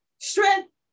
strength